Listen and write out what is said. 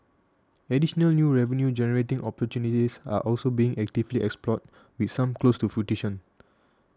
additional new revenue generating opportunities are also being actively explored with some close to fruition